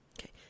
Okay